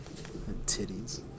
Titties